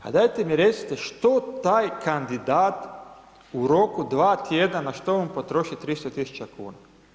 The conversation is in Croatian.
Pa dajte mi recite što taj kandidat u roku dva tjedna, na što on potroši 300.000 kuna.